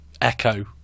echo